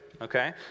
okay